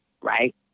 right